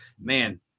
Man